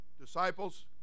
disciples